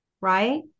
right